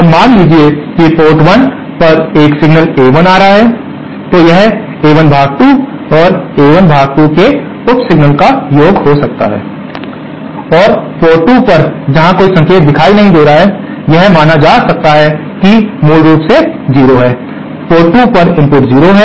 अब मान लीजिए कि पोर्ट 1 पर एक सिग्नल A1 आ रहा है तो यह A1 भाग 2 और A1 भाग 2 के उप सिग्नल्स का योग हो सकता है और पोर्ट 2 पर जहां कोई संकेत दिखाई नहीं दे रहा है यह माना जा सकता है कि मूल रूप से 0 है पोर्ट 2 पर इनपुट 0 है